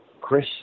Chris